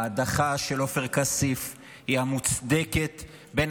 ההדחה של עופר כסיף היא המוצדקת בין